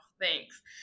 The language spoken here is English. thanks